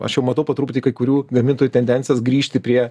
aš jau matau po truputį kai kurių gamintojų tendencijas grįžti prie